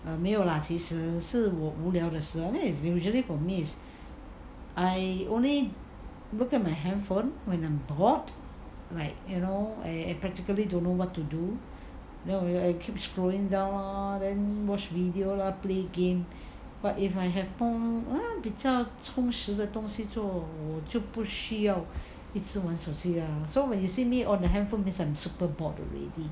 err 没有 lah 其实是我无聊的时候 I mean is usually for me is I only look at my handphone when I'm bored like you know I practically don't know what to do then I keep scrolling down lor then watch video lah play game but if I have 比较充实的东西做我就不需要一直玩手机 lah so when you see me on a handphone means I'm super bored already